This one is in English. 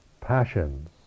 passions